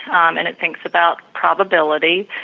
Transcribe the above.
um and it thinks about probability,